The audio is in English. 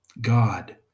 God